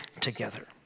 together